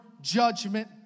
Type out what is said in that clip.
judgment